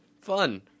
fun